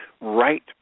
right